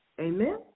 Amen